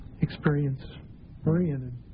experience-oriented